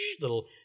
little